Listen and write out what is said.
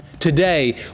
Today